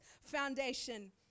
foundation